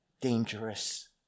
dangerous